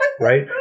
right